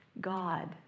God